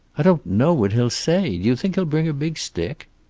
i don't know what he'll say. do you think he'll bring a big stick?